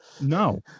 No